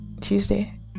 tuesday